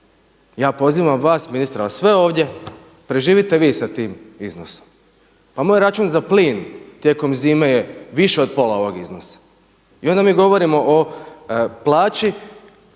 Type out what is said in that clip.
Ja pozivam vas ministre i sve ovdje, preživite vi sa tim iznosom. Pa moj račun za plin tijekom zime je više od pola ovog iznosa. I onda mi govorimo o plaći